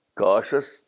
cautious